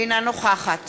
אינה נוכחת